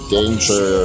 Danger